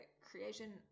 creation